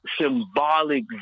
symbolic